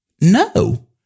no